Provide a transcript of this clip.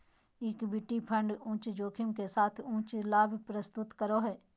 equity fund उच्च जोखिम के साथ उच्च लाभ प्रस्तुत करो हइ